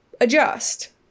adjust